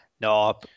No